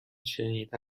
شنیده